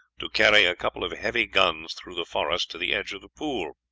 to carry a couple of heavy guns through the forest to the edge of the pool.